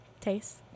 taste